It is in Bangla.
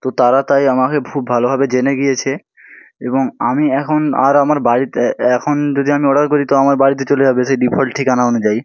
তো তারা তাই আমাকে খুব ভালোভাবে জেনে গিয়েছে এবং আমি এখন আর আমার বাড়িতে অ্যা এখন যদি আমি অর্ডার করি তো আমার বাড়িতে চলে যাবে সে ডিফল্ট ঠিকানা অনুযায়ী